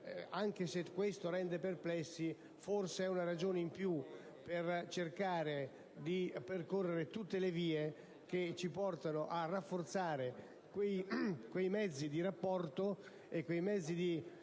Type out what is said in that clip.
anche se questo rende perplessi forse è una ragione in più per cercare di percorrere tutte le vie che ci portano a rafforzare i rapporti e i mezzi